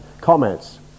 comments